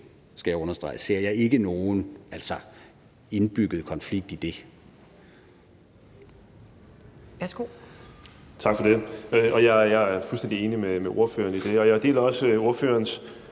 skal jeg understrege – ser jeg ikke nogen indbygget konflikt i det.